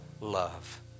love